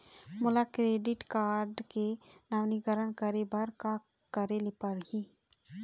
मोला क्रेडिट के नवीनीकरण करे बर का करे ले पड़ही?